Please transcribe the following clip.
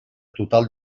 total